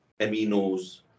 Aminos